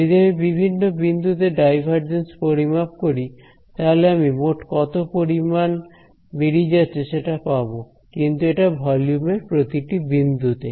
যদি আমি বিভিন্ন বিন্দুতে ডাইভারজেন্স পরিমাপ করি তাহলে আমি মোট কত পরিমান বেরিয়ে যাচ্ছে সেটা পাব কিন্তু এটা ভলিউম এর প্রতিটি বিন্দুতে